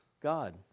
God